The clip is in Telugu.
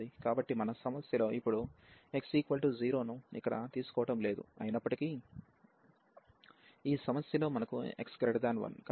కాబట్టి మన సమస్యలో ఇప్పుడు x 0 ను ఇక్కడ తీసుకోవడం లేదు అయినప్పటికి ఈ సమస్యలో మనకు x 1